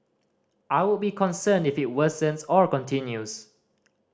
I would be concerned if it worsens or continues